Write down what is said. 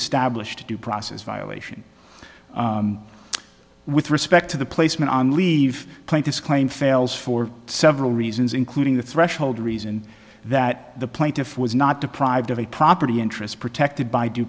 established a due process violation with respect to the placement on leave plaintiff's claim fails for several reasons including the threshold reason that the plaintiff was not deprived of a property interest protected by due